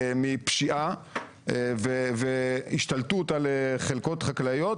מפשיעה והשתלטות על חלקות חקלאיות,